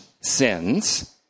sins